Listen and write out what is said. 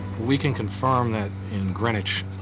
we can confirm, that in greenwich,